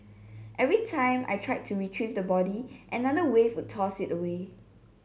every time I tried to retrieve the body another wave would toss it away